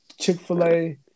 Chick-fil-A